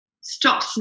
stop